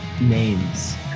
Names